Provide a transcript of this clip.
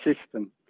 system